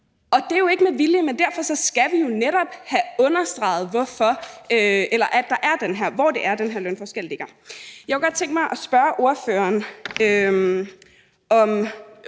og det er ikke med vilje, men derfor skal vi jo netop have undersøgt, hvor det er, den her lønforskel ligger. Jeg kunne godt tænke mig at spørge ordføreren, om